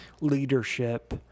leadership